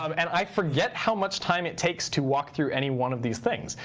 um and i forget how much time it takes to walk through any one of these things.